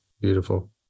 beautiful